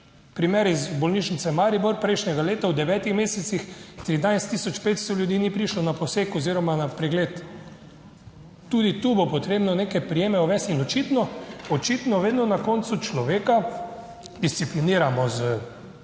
Primer iz bolnišnice Maribor, prejšnjega leta v 9 mesecih 13 tisoč 500 ljudi ni prišlo na poseg oziroma na pregled. Tudi tu bo potrebno neke prijeme uvesti in očitno, očitno vedno na koncu človeka discipliniramo s